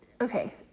okay